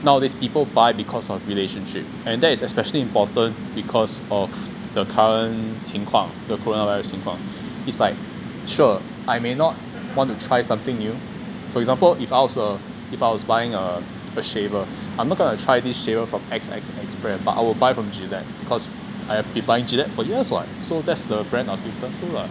nowadays people buy because of relationship and that is especially important because of the current 情况 the coronavirus 情况 it's like sure I may not want to try something new for example if I was a if I was buying a a shaver I'm not going to try this shaver from X X X brand but I'll buy from gilette because I've been buying gilette for years [what] so that's the brand I'll stick to lah